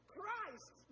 Christ